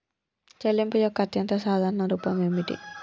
చెల్లింపు యొక్క అత్యంత సాధారణ రూపం ఏమిటి?